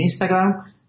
Instagram